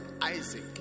Isaac